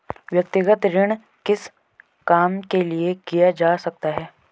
व्यक्तिगत ऋण किस काम के लिए किया जा सकता है?